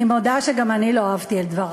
אני מודה שגם אני לא אהבתי את דבריו.